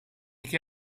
che